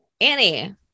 Annie